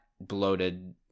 bloated